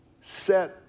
set